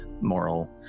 Moral